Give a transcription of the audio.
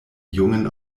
jungen